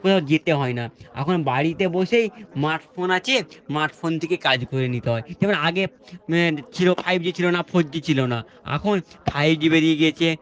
কোথাও যেতে হয় না এখন বাড়িতে বসেই স্মার্ট ফোন আছে স্মার্ট ফোন থেকে কাজ করে নিতে হয় যেমন আগে ছিল ফাইভ জি ছিল না ফোর জি ছিল না এখন ফাইভ জি বেরিয়ে গিয়েছে